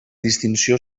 distinció